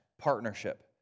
partnership